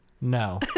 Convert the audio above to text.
No